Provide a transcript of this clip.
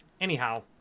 Anyhow